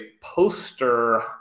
poster